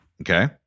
Okay